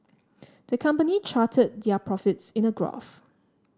the company charted their profits in a graph